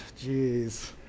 Jeez